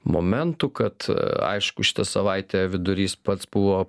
momentų kad aišku šita savaitė vidurys pats buvo